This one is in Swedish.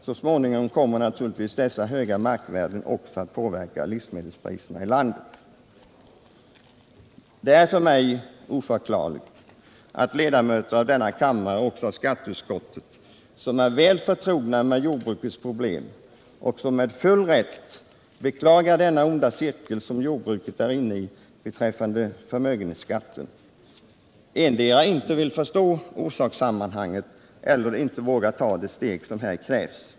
Så småningom kommer naturligtvis dessa höga markvärden också att påverka livsmedelspriserna i landet. Det för mig helt oförklarliga är att ledamöter av denna kammare — också av skatteutskottet — som är väl förtrogna med jordbrukets problem och som med full rätt beklagar den onda cirkel som jordbruket är inne i beträffande förmögenhetsskatten endera inte förstår orsakssammanhanget eller inte vågar ta det steg som här krävs.